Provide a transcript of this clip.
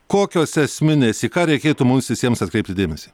kokios esminės į ką reikėtų mums visiems atkreipti dėmesį